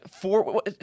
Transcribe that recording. four